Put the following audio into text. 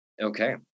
Okay